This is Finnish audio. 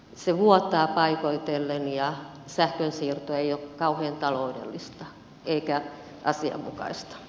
se vuotaa paikoitellen ja sähkönsiirto ei ole kauhean taloudellista eikä asianmukaista